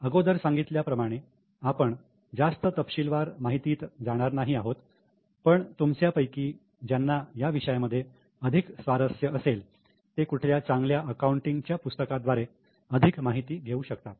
अगोदर सांगितल्या प्रमाणे आपण जास्त तपशीलवार माहितीत जाणार नाही आहोत पण तुमच्यापैकी ज्यांना या विषयां मध्ये अधिक स्वारस्य असेल ते कुठल्या चांगल्या अकाउंटिंग च्या पुस्तका द्वारे अधिक माहिती घेऊ शकतात